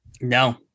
No